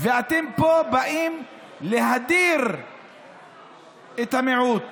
אתם באים להדיר את המיעוט